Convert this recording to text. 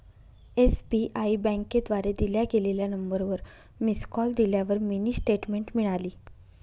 SBI बँकेद्वारे दिल्या गेलेल्या नंबरवर मिस कॉल दिल्यावर मिनी स्टेटमेंट मिळाली